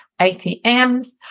ATMs